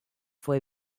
fue